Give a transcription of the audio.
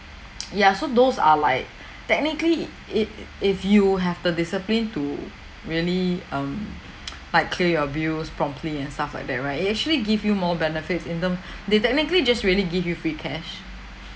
ya so those are like technically it if you have the discipline to really um like clear your bills promptly and stuff like that right it actually give you more benefits in term they technically just really give you free cash